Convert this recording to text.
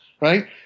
Right